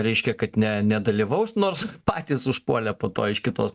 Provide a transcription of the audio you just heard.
reiškia kad ne nedalyvaus nors patys užpuolė po to iš kitos